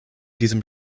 diesem